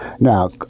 Now